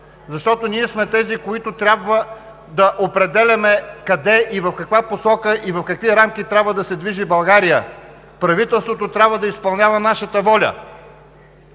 защото ние сме тези, които трябва да определяме къде, в каква посока и в какви рамки трябва да се движи България. Правителството трябва да изпълнява нашата воля